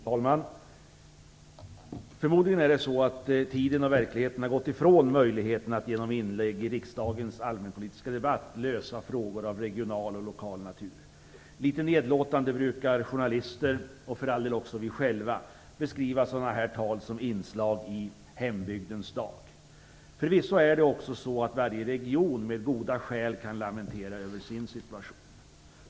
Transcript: Fru talman! Förmodligen har tiden och verkligheten gått ifrån möjligheten att genom inlägg i riksdagens allmänpolitiska debatt lösa frågor av regional och lokal natur. Litet nedlåtande brukar journalister - och för all del också vi själva - beskriva sådana här tal som inslag i "hembygdens dag". Förvisso är det också så att varje region med goda skäl kan lamentera över sin situation.